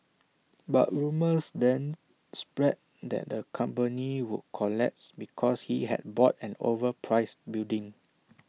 but rumours then spread that the company would collapse because he had bought an overpriced building